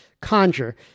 conjure